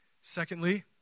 secondly